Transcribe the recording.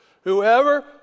Whoever